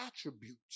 attributes